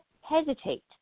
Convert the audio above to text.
hesitate